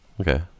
Okay